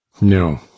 No